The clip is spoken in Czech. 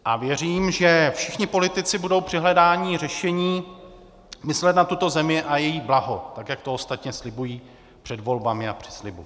A věřím, že všichni politici budou při hledání řešení myslet na tuto zemi a její blaho, jak to ostatně slibují před volbami a při slibu.